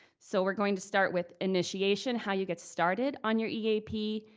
so we're going to start with initiation, how you get started on your eap,